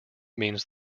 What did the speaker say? means